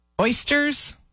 oysters